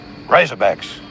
Razorbacks